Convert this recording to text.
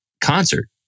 concert